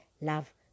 love